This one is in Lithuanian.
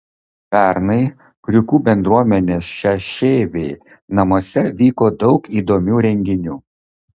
pernai kriukų bendruomenės šešėvė namuose vyko daug įdomių renginių